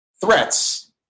threats